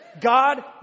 God